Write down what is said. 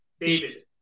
David